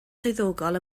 swyddogol